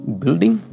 building